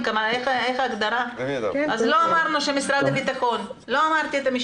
על משרד הביטחון אלא על הגורמים האחראים.